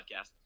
podcast